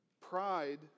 Pride